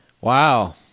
Wow